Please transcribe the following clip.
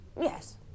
Yes